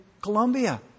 Colombia